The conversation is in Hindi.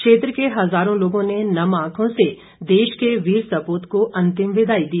क्षेत्र के हज़ारों लोगों ने नम आंखों से देश के वीर सपूत को अंतिम विदाई दी